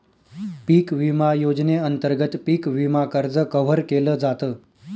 पिक विमा योजनेअंतर्गत पिक विमा कर्ज कव्हर केल जात